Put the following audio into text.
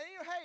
hey